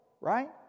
right